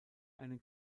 einen